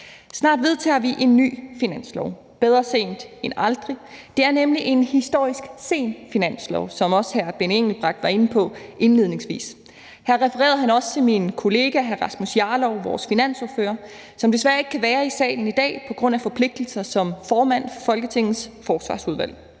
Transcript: Snart vedtager vi en ny finanslov – bedre sent end aldrig – for det er nemlig en historisk sen finanslov, som også hr. Benny Engelbrecht var inde på indledningsvis. Her refererede han også til min kollega hr. Rasmus Jarlov, vores finansordfører, som desværre ikke kan være i salen i dag på grund af forpligtelser som formand for Folketingets Forsvarsudvalg.